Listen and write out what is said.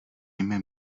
nimi